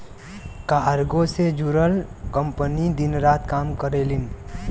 cargo से जुड़ल company दिन रात काम करलीन